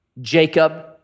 Jacob